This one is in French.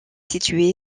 situé